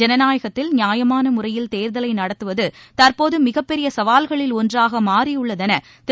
ஜனநாயகத்தில் நியாயமான முறையில் தேர்தலை நடத்துவது தற்போது மிகப் பெரிய சவால்களில் ஒன்றாக மாறியுள்ளதென திரு